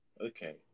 Okay